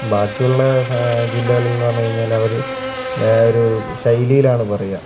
ബാക്കിയുള്ള സ ജില്ലകളിൽ എന്ന് പറഞ്ഞുകഴിഞ്ഞാൽ അവർ ഒരു ശൈലിയിലാണ് പറയുക